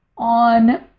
On